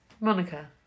Monica